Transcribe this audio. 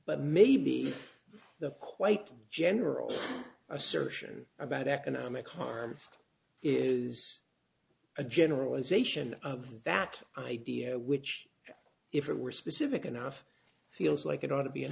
but maybe the quite general assertion about economic harm is a generalization of that idea which if it were specific enough feels like it ought to be